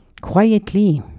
quietly